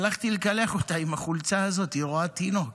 הלכתי לקלח אותה עם החולצה הזאת, היא רואה תינוק,